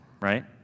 right